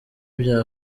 vya